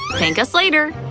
thank us later.